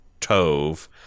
Tove